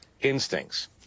instincts